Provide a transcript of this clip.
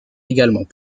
également